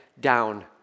down